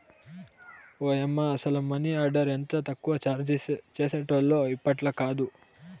ఓయమ్మ, అసల money order ఎంత తక్కువ చార్జీ చేసేటోల్లో ఇప్పట్లాకాదు